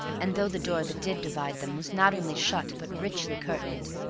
and though the door that did divide them was not only shut but richly curtained,